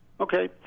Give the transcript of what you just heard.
Okay